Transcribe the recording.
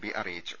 P അറിയിച്ചു